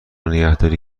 نگهداری